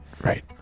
Right